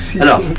Alors